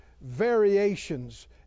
variations